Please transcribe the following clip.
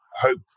hope